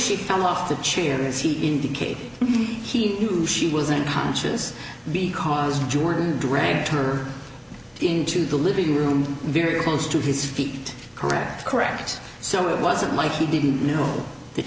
she fell off the chair as he indicated he knew she was in conscious because jordan dragged her into the living room very close to his feet correct correct so it wasn't my she didn't know that